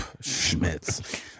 Schmitz